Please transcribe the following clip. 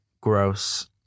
gross